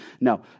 No